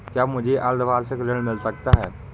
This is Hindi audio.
क्या मुझे अर्धवार्षिक ऋण मिल सकता है?